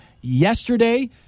yesterday